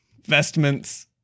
vestments